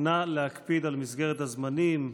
נא להקפיד על מסגרת הזמנים.